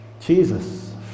Jesus